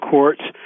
Court's